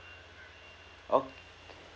okay